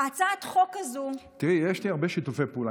הצעת החוק הזו, תראי, יש לי הרבה שיתופי פעולה.